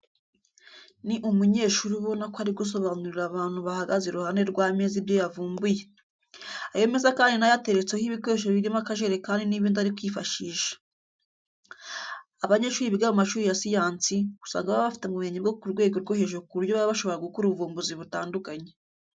Ni umunyeshuri ubona ko ari gusobanurira abantu bahagaze iruhande rw'ameza ibyo yavumbuye. Ayo meza kandi na yo ateretseho ibikoresho birimo akajerekani n'ibindi ari kwifashisha. Abanyeshuri biga mu mashuri ya siyansi usanga baba bafite ubumenyi bwo ku rwego rwo hejuru ku buryo baba bashobora gukora ubuvumbuzi butandukanye.